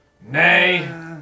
Nay